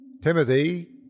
Timothy